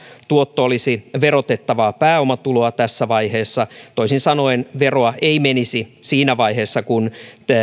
tuotto olisi verotettavaa pääomatuloa tässä vaiheessa toisin sanoen veroa ei menisi siinä vaiheessa kun